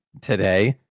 today